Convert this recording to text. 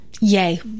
Yay